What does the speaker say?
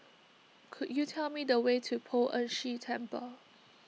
could you tell me the way to Poh Ern Shih Temple